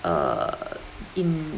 err in